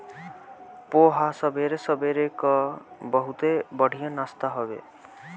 पोहा सबेरे सबेरे कअ बहुते बढ़िया नाश्ता हवे